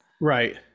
right